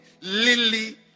lily